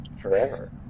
forever